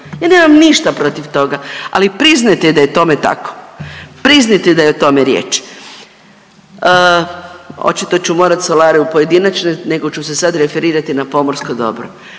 Ja nemam ništa protiv toga, ali priznajte da je tome tako. Priznajte da je o tome riječ. Očito ću morati solare u pojedinačnoj, nego ću se sada referirati na pomorsko dobro.